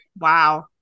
Wow